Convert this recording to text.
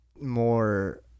more